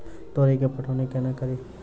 तोरी केँ पटौनी कोना कड़ी?